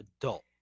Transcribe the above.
adult